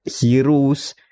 heroes